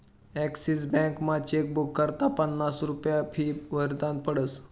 Axis बॅकमा chequebook करता पन्नास रुप्या फी भरनी पडस